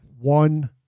one